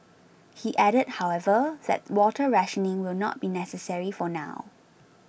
he added however that water rationing will not be necessary for now